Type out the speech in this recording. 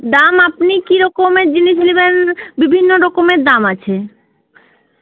দাম আপনি কিরকমের জিনিস নেবেন বিভিন্ন রকমের দাম আছে